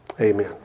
Amen